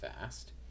fast